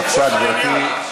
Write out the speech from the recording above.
בבקשה, גברתי.